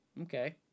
Okay